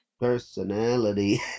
personality